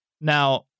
Now